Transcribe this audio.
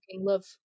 love